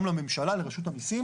גם לממשלה, לרשות המיסים.